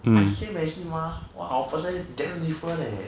I same as him mah but our personality damn different leh